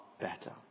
better